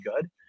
good